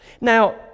Now